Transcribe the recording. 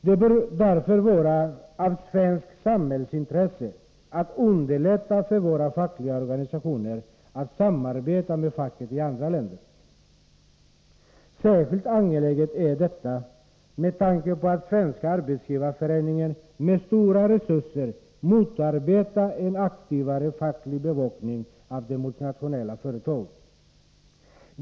Det bör därför vara ett svenskt samhällsintresse att underlätta för våra fackliga organisationer att samarbeta med facket i andra länder. Särskilt angeläget är detta med tanke på att Svenska arbetsgivareföreningen med stora resurser motarbetar en aktivare facklig bevakning av de multinationella företagen.